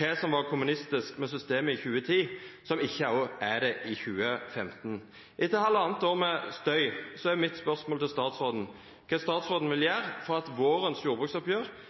hva som var kommunistisk med systemet i 2010 som ikke er det også i 2015. Etter halvannet år med støy er mitt spørsmål til statsråden: Hva vil statsråden gjøre for at vårens jordbruksoppgjør